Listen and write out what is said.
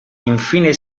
infine